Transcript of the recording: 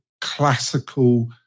classical